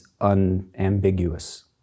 unambiguous